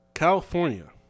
California